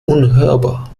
unhörbar